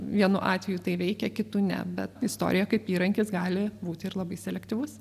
vienu atveju tai veikia kitu ne bet istorija kaip įrankis gali būti ir labai selektyvus